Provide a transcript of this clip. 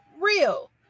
real